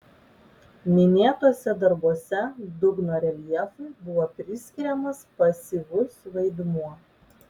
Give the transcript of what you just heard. minėtuose darbuose dugno reljefui buvo priskiriamas pasyvus vaidmuo